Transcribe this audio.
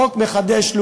החוק מחדש,